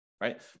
Right